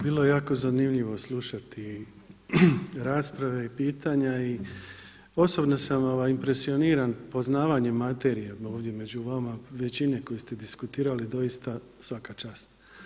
Bilo je jako zanimljivo slušati rasprave i pitanja i osobno sam impresioniran poznavanjem materije ovdje među vama većine koji ste diskutirali doista svaka čast.